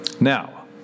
Now